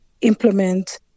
implement